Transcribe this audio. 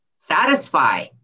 Satisfy